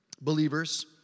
believers